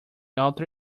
alter